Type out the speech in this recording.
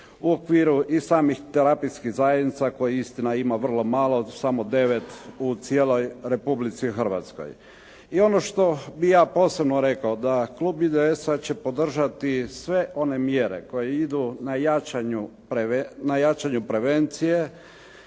u okviru i samih terapijskih zajednica kojih istina ima vrlo malo, samo 9 u cijeloj Republici Hrvatskoj. I ono što bih ja posebno rekao da klub IDS-a će podržati sve one mjere koje idu na jačanju prevencije,